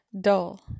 dull